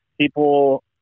people